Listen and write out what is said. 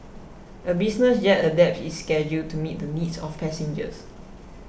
a business jet adapts its schedule to meet the needs of passengers